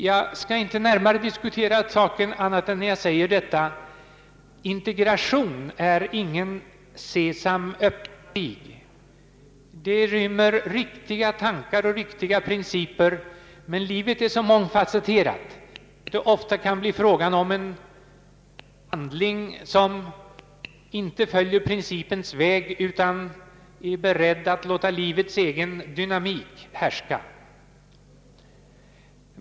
Jag skall inte närmare diskutera denna sak i annan mån än att jag vill framhålla att integration inte är något »Sesam öppna dig». Integrationsbegreppet rymmer många riktiga tankar och riktiga principer. Men livet är så mångfasetterat att det ofta kan bli fråga om en handling som inte följer principens väg. Man måste vara beredd att låta livets egen dynamik härska.